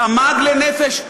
תמ"ג לנפש,